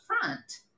front